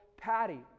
Patty